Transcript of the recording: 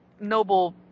noble